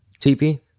TP